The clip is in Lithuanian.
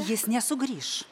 jis nesugrįš